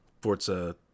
Forza